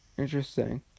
Interesting